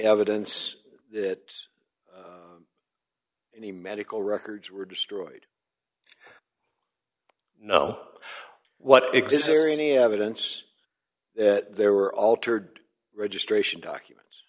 evidence that any medical records were destroyed no what exists or any evidence that there were altered registration documents